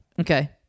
Okay